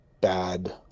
bad